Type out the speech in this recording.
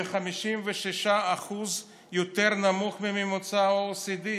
ב-56% יותר נמוך מממוצע ה-OECD.